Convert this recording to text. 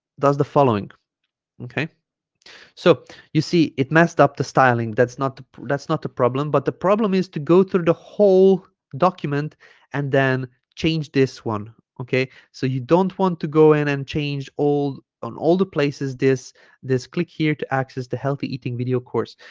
does the following okay so you see it messed up the styling that's not that's not the problem but the problem is to go through the whole document and then change this one okay so you don't want to go in and change all on all the places this this click here to access the healthy eating video course